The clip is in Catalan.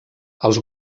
els